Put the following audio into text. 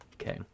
Okay